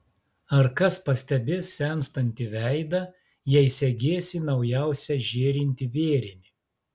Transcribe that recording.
ar kas pastebės senstantį veidą jei segėsi naujausią žėrintį vėrinį